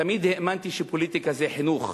תמיד האמנתי שפוליטיקה זה חינוך,